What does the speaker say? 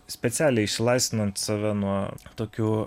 specialiai išsilaisvinant save nuo tokių